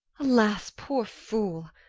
alas, poor fool,